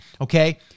Okay